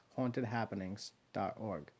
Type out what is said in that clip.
hauntedhappenings.org